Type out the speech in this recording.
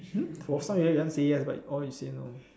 hmm for some you you want to say yes but all you say no